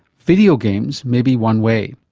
video games may be one way.